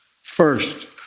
First